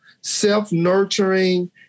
self-nurturing